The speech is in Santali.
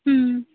ᱦᱩᱸ